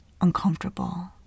uncomfortable